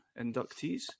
inductees